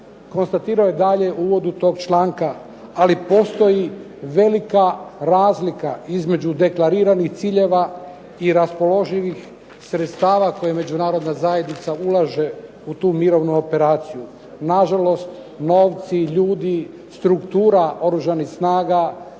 Konstatirao je dalje u uvodu tog članka: "Ali postoji velika razlika između deklariranih ciljeva i raspoloživih sredstava koje Međunarodna zajednica ulaže u tu mirovnu operaciju. Nažalost, novci, ljudi, struktura oružanih snaga,